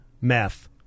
meth